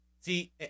See